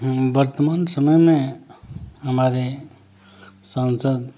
वर्तमान समय में हमारे संसद